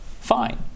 fine